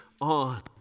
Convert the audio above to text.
on